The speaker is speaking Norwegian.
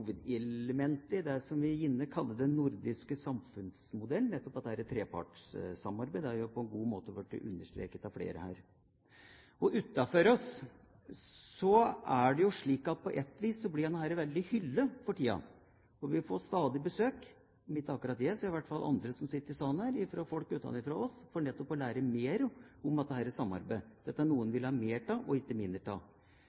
har i plenum i dag. Dette er noe av kjernen og hovedelementet i det vi gjerne kaller den nordiske samfunnsmodellen, nettopp dette trepartssamarbeidet. Det er på en god måte blitt understreket av flere her. Det er slik at utenfra blir denne modellen hyllet for tiden. Vi får stadig besøk – om ikke akkurat jeg så i hvert fall andre som sitter i salen her – fra folk utenfra som nettopp vil lære mer om dette samarbeidet. Dette er